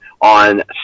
on